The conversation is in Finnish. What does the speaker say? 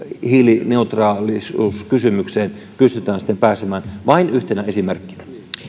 hiilineutraalisuuskysymykseen pystytään sitten pääsemään vain yhtenä esimerkkinä